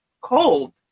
cold